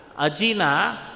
Ajina